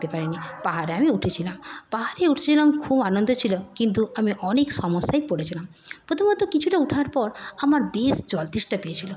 থাকতে পারিনি পাহাড়ে আমি উঠেছিলাম পাহাড়ে উঠছিলাম খুব আনন্দ ছিল কিন্তু আমি অনেক সমস্যায় পড়েছিলাম প্রথমত কিছুটা ওঠার পর আমার বেশ জল তেষ্টা পেয়েছিল